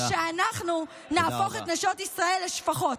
או שאנחנו נהפוך את נשות ישראל לשפחות.